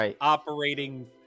operating